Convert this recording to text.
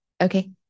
okay